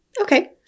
Okay